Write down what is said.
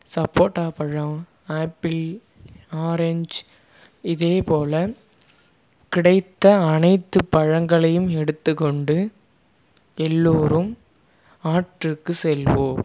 சப்போட்டாப்பழம் apple orange இதேபோல கிடைத்த அனைத்து பழங்களையும் எடுத்துக்கொண்டு எல்லோரும் ஆற்றுக்கு செல்வோம்